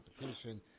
competition